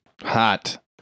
Hot